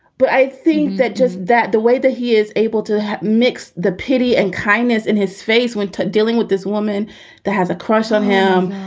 but i think that just that the way that he is able to mix the pity and kindness in his face when dealing with this woman that has a crush on him,